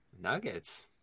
Nuggets